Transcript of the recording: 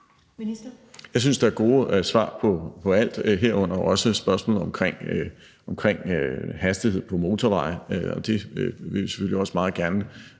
Jeg synes, der er gode svar på alt, herunder også spørgsmålet om hastighed på motorveje, og det vil vi selvfølgelig også meget gerne